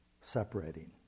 separating